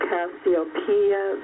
Cassiopeia